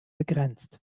begrenzt